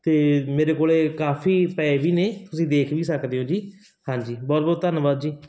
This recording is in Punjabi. ਅਤੇ ਮੇਰੇ ਕੋਲ ਕਾਫ਼ੀ ਪਏ ਵੀ ਨੇ ਤੁਸੀਂ ਦੇਖ ਵੀ ਸਕਦੇ ਹੋ ਜੀ ਹਾਂਜੀ ਬਹੁਤ ਬਹੁਤ ਧੰਨਵਾਦ ਜੀ